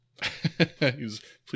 Please